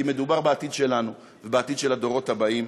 כי מדובר בעתיד שלנו ובעתיד של הדורות הבאים.